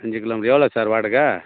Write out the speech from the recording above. அஞ்சு kilometre எவ்வளோ sir வாடகை